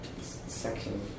section